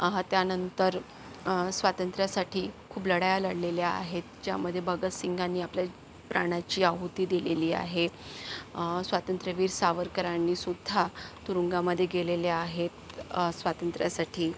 हा त्यानंतर स्वातंत्र्यासाठी खूप लढाया लढलेल्या आहेत ज्यामध्ये भगतसिंगांनी आपल्या प्राणाची आहुती दिलेली आहे स्वातंत्र्यवीर सावरकरांनीसुद्धा तुरुंगामध्ये गेलेले आहेत स्वातंत्र्यासाठी